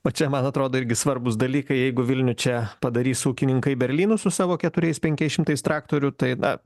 o čia man atrodo irgi svarbūs dalykai jeigu vilnių čia padarys ūkininkai berlynu su savo keturiais penkiais šimtais traktorių tai na